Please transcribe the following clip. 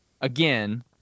again